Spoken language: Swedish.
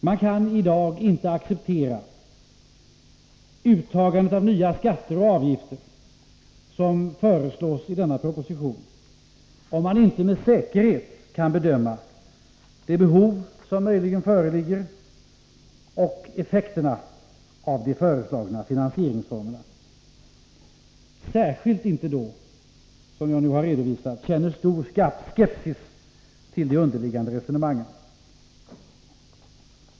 Man kan i dag inte acceptera uttagandet av nya skatter och avgifter, som föreslås i denna proposition, om man inte med säkerhet kan bedöma de behov som möjligen föreligger och effekterna av de föreslagna finansieringsformerna, särskilt inte när man, som jag har redovisat, känner stark skepsis till de underliggande resonemangen.